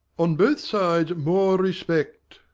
on both sides more respect.